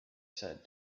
said